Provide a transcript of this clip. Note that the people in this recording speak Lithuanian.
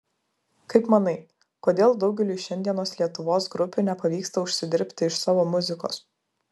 kaip manai kodėl daugeliui šiandienos lietuvos grupių nepavyksta užsidirbti iš savo muzikos